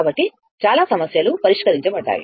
కాబట్టి చాలా సమస్యలు పరిష్కరించబడ్డాయి